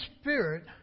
Spirit